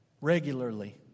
regularly